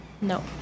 No